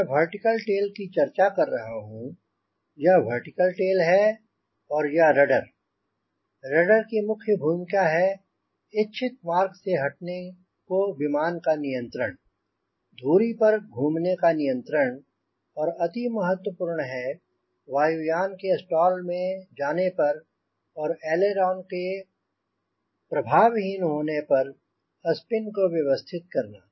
जब मैं vertical tail की चर्चा कर रहा हूँ यह वर्टिकल टेल है और यह है रडर रडर की मुख्य भूमिका है इच्छित मार्ग से हटने को विमान का नियंत्रण धुरी पर घूमने का नियंत्रण और अति महत्वपूर्ण है वायुयान के स्टॉल में जाने पर और एलेरोन के प्रभावहीन होने पर स्पिन को व्यवस्थित करना